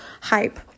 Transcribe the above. hype